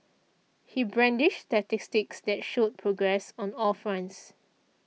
he brandished statistics that showed progress on all fronts